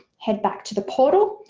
head back to the portal.